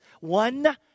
One